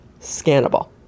scannable